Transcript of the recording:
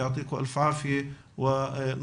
הישיבה ננעלה בשעה 11:05.